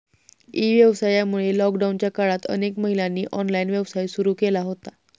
E व्यवसायामुळे लॉकडाऊनच्या काळात अनेक महिलांनी ऑनलाइन व्यवसाय सुरू केला होता